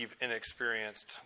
inexperienced